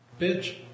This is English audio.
Bitch